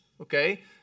okay